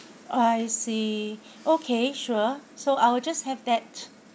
I see okay sure so I will just have that